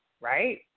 right